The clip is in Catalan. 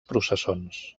processons